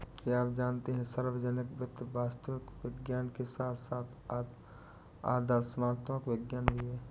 क्या आप जानते है सार्वजनिक वित्त वास्तविक विज्ञान के साथ साथ आदर्शात्मक विज्ञान भी है?